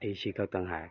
ꯑꯩ ꯁꯤ ꯈꯛꯇꯪ ꯍꯥꯏꯔꯒꯦ